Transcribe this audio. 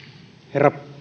herra